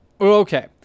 Okay